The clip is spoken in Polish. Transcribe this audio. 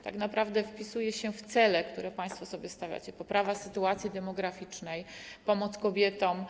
Tak naprawdę wpisuje się w cele, które państwo sobie stawiacie, chodzi o poprawę sytuacji demograficznej i pomoc kobietom.